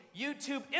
YouTube